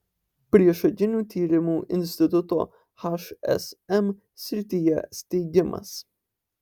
priešakinių tyrimų instituto hsm srityje steigimas